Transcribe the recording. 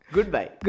Goodbye